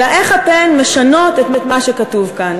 אלא איך אתן משנות את מה שכתוב כאן.